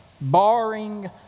barring